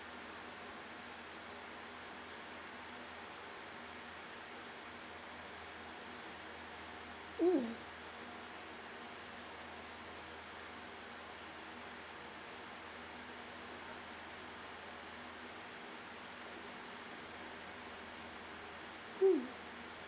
mm mm